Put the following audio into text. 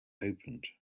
opened